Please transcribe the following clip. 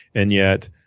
and yet